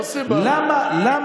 מה, זה סיבה לא לעמוד בהסכם?